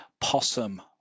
possum